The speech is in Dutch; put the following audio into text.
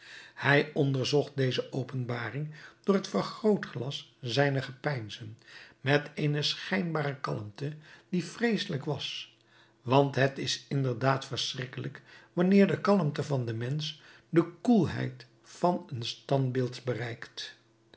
hij onderzocht deze openbaring door t vergrootglas zijner gepeinzen met eene schijnbare kalmte die vreeselijk was want het is inderdaad verschrikkelijk wanneer de kalmte van den mensch de koelheid van een standbeeld bereikt